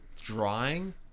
drawing